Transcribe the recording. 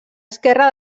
esquerra